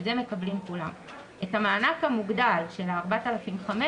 את המענק המוגדל של 4,500,